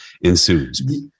ensues